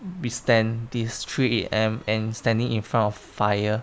withstand this three A_M and standing in front of fire